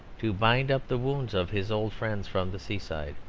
to bind up the wounds of his old friends from the seaside.